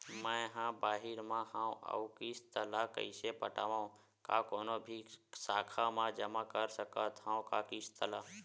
मैं हा बाहिर मा हाव आऊ किस्त ला कइसे पटावव, का कोनो भी शाखा मा जमा कर सकथव का किस्त ला?